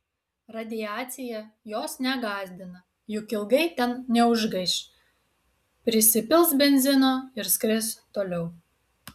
radiacija jos negąsdina juk ilgai ten neužgaiš prisipils benzino ir skris toliau